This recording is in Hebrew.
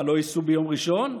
מה, לא ייסעו ביום ראשון?